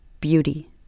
beauty